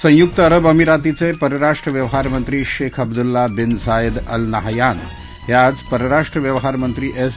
संयुक्त अरब अमिरातीचप्रिराष्ट्र व्यवहारमंत्री Sheikh Abdullah bin Zayed Al Nahyan हञिज परराष्ट्र व्यवहारमंत्री एस